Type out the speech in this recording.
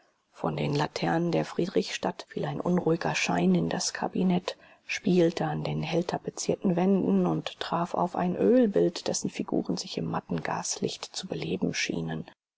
von den laternen der friedrichstadt fiel ein unruhiger schein in das kabinett spielte an den hell tapezierten wänden und traf auf ein ölbild dessen figuren sich im matten gaslicht zu beleben schienen